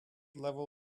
level